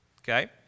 Okay